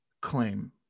claim